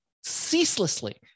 ceaselessly